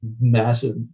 Massive